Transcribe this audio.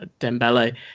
Dembele